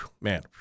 Man